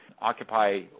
Occupy